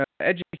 education